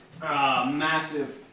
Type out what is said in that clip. massive